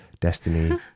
destiny